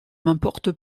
m’importe